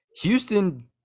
Houston